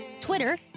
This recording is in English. Twitter